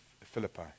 Philippi